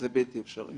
זה בלתי אפשרי.